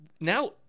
now